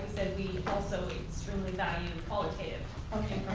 said, we also extremely value qualitative okay.